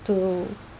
to